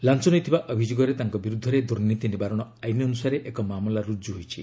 ଲାଞ୍ଚ ନେଇଥିବା ଅଭିଯୋଗରେ ତାଙ୍କ ବିରୁଦ୍ଧରେ ଦୁର୍ନୀତି ନିବାରଣ ଆଇନ୍ ଅନୁସାରେ ଏକ ମାମଲା ରୁଜୁ ହୋଇଛି